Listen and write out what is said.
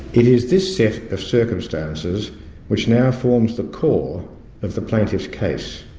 it is this set of circumstances which now forms the core of the plaintiff's case.